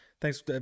Thanks